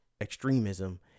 extremism